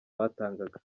batangaga